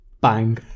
bang